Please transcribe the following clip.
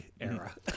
era